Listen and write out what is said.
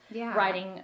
writing